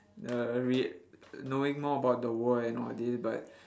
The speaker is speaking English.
ya re~ knowing more about the war and all this but